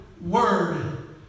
word